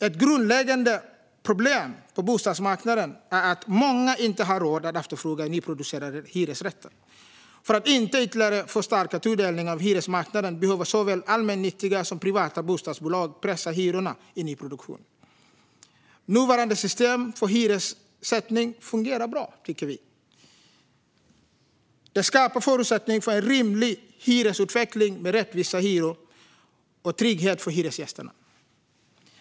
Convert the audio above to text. Ett grundläggande problem på bostadsmarknaden är att många inte har råd att efterfråga nyproducerade hyresrätter. För att inte ytterligare förstärka tudelningen av hyresmarknaden behöver såväl allmännyttiga som privata bostadsbolag pressa hyrorna i nyproduktion. Nuvarande system för hyressättning fungerar bra tycker vi. Det skapar förutsättning för en rimlig hyresutveckling med rättvisa hyror och trygghet för hyresgästerna.